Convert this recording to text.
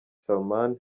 salman